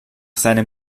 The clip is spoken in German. seinem